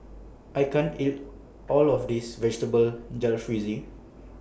I can't eat All of This Vegetable Jalfrezi